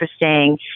interesting